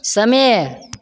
समय